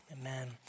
Amen